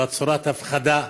הפחדה,